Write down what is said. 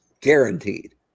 Guaranteed